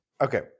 Okay